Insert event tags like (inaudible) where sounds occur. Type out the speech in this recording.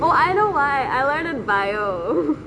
oh I know why I learned biology (laughs)